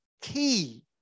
key